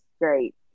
great